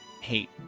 hate